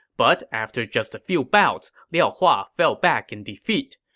but after just a few bouts, liao hua fell back in defeat.